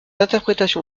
interprétation